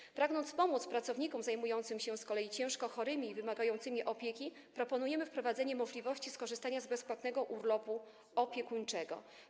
Dalej, pragnąc pomóc pracownikom zajmującym się ciężko chorymi i wymagającymi opieki, proponujemy wprowadzenie możliwości skorzystania z bezpłatnego urlopu opiekuńczego.